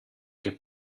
che